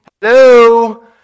hello